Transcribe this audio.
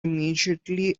immediately